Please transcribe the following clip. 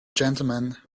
gentlemen